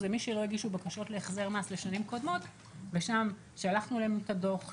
מי שלא הגישו בקשות להחזר מס בשנים קודמות שלחנו להם את הדוח,